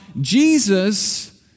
Jesus